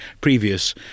previous